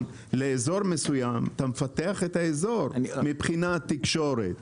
לאזור מסוים אתה מפתח את התקשורת באזור.